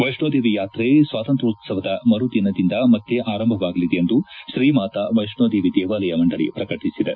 ವೈಷ್ಣೋದೇವಿ ಯಾತ್ರೆ ಸ್ವಾತಂತ್ಣೋತ್ಸವದ ಮರುದಿನದಿಂದ ಮತ್ತೆ ಆರಂಭವಾಗಲಿದೆ ಎಂದು ಶ್ರೀ ಮಾತಾ ವೈಷ್ಣೋದೇವಿ ದೇವಾಲಯ ಮಂಡಳಿ ಪ್ರಕಟಿಸಿದೆ